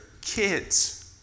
kids